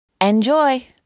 Enjoy